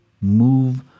move